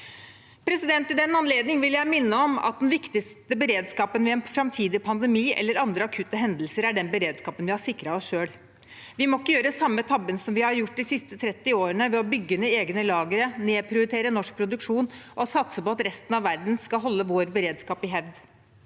mars 2020. I den anledning vil jeg minne om at den viktigste beredskapen ved en framtidig pandemi eller andre akutte hendelser er den beredskapen vi har sikret oss selv. Vi må ikke gjøre den samme tabben som vi har gjort de siste 30 årene: bygge ned egne lagre, nedprioritere norsk produksjon og satse på at resten av verden skal holde vår beredskap i hevd.